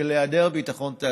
ואני רוצה להודות לכם על כך,